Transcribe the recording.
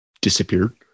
disappeared